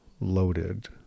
loaded